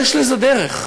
יש לזה דרך.